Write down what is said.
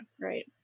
right